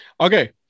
Okay